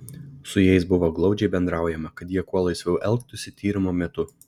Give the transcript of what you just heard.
su jais buvo glaudžiai bendraujama kad jie kuo laisviau elgtųsi tyrimo metu